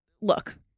look